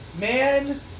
Man